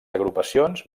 agrupacions